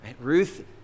Ruth